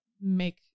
make